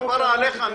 כפרה עליך,